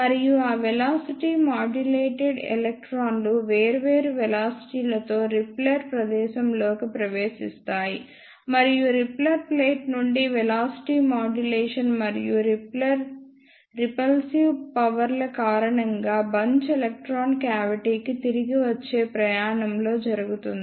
మరియు ఆ velocity modulated electrons వేర్వేరు వెలాసిటీలతో రిపెల్లర్ ప్రదేశంలోకి ప్రవేశిస్తాయి మరియు రిపెల్లర్ ప్లేట్ నుండి వెలాసిటీ మాడ్యులేషన్ మరియు రిపల్సివ్ పవర్ ల కారణంగా బంచ్ ఎలక్ట్రాన్ క్యావిటీ కి తిరిగి వచ్చే ప్రయాణంలో జరుగుతుంది